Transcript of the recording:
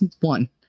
one